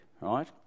Right